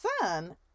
son